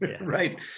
Right